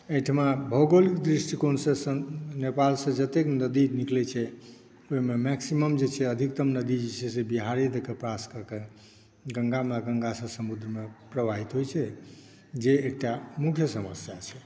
एहिठमा भौगोलिक दृष्टिकोणसॅं नेपालसॅं जतय नदी निकलै छै ओहिमे मैकस्मिम जे छै अधिकतम नदी जे छै से बिहारे देए कऽ पास कऽ कऽ गंगामे आ गंगासॅं समुद्रमे प्रवाहित होय छै जे एकटा मुख्य समस्या छै